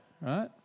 right